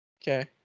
Okay